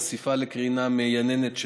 חשיפה לקרינה מייננת,